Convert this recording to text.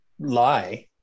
lie